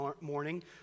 morning